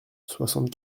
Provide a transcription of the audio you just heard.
soixante